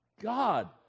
God